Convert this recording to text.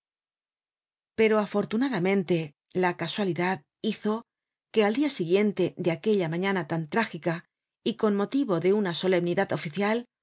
pero afortunadamente la casualidad hizo que al dia siguiente de aquella mañana tan trágica y con motivo de una solemnidad olicial